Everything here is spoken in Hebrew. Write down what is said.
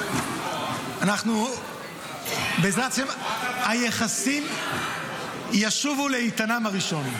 בעזרת השם, היחסים ישובו לאיתנם הראשון.